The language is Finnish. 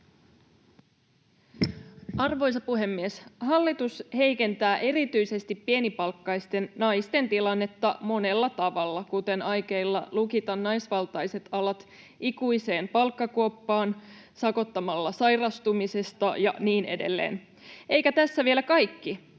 Arvoisa puhemies! Hallitus heikentää erityisesti pienipalkkaisten naisten tilannetta monella tavalla, kuten aikeilla lukita naisvaltaiset alat ikuiseen palkkakuoppaan, sakottamalla sairastumisesta ja niin edelleen. Eikä tässä vielä kaikki.